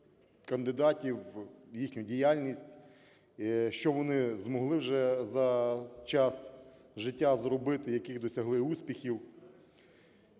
кандидатів, їхню діяльність, що вони змогли вже за час життя зробити, яких досягли успіхів,